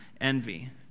envy